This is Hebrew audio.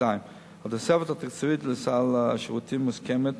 2. התוספת התקציבית לסל השירותים מוסכמת